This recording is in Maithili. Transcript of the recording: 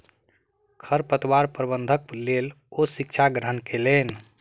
खरपतवार प्रबंधनक लेल ओ शिक्षा ग्रहण कयलैन